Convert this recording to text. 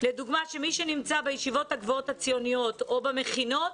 שמי שנמצא בישיבות הגבוהות הציוניות או במכינות,